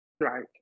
Right